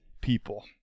people